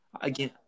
again